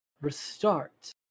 restart